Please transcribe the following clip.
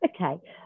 Okay